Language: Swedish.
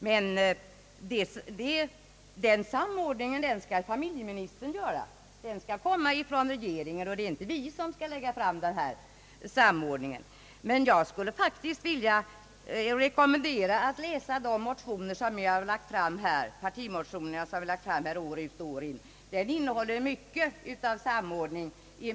Men den samordningen skall göras av familjeministern och regeringen, och det är inte vi som skall lägga fram förslag till denna samordning. Jag vill rekommendera läsning av de partimotioner som vi lagt fram år ut och år in. De innehåller mycket av samordning.